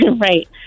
right